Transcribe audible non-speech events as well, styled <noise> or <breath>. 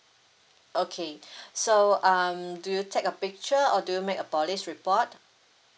okay <breath> so um do you take a picture or do you make a police report